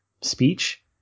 speech